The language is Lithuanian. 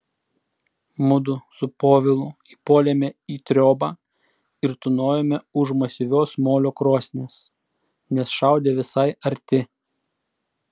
mudu su povilu įpuolėme į triobą ir tūnojome už masyvios molio krosnies nes šaudė visai arti